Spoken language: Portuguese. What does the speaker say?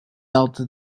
alto